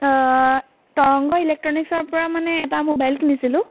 তৰংগ ইলেক্ট্ৰনিকছৰ পৰা মানে এটা মোবাইল কিনিছিলোঁ